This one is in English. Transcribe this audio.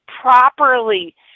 properly